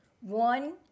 One